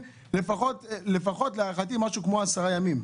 להערכתי לפחות משהו כמו עשרה ימים.